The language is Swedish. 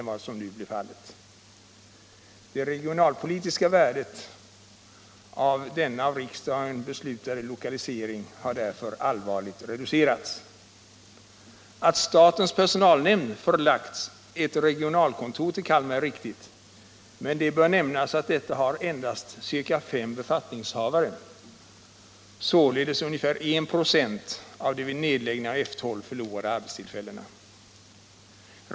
Att statens personalnämnd förlagt ett regionalkontor till Kalmar är riktigt, men det bör nämnas att detta har endast cirka fem befattningshavare, således ungefär en procent av de vid F 12 förlorade arbetstillfällena.